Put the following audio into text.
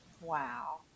Wow